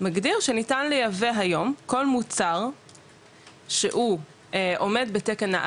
מגדיר שניתן לייבא היום כל מוצר שהוא עומד בתקן ה,